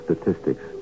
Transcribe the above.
Statistics